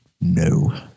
No